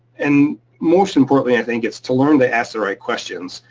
and most importantly, i think, it's to learn to ask the right questions.